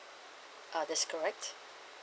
uh that's correct